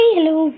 Hello